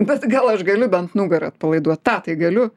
bet gal aš galiu bent nugarą atpalaiduot tą tai galiu